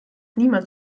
niemand